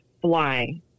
fly